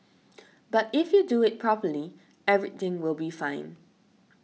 but if you do it properly everything will be fine